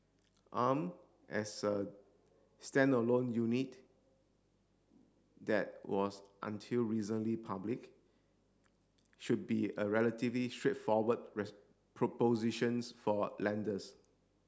arm as a standalone unit that was until recently public should be a relatively straightforward propositions for lenders